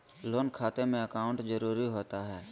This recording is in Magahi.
लोन खाते में अकाउंट जरूरी होता है?